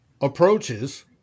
approaches